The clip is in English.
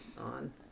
on